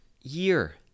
year